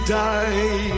die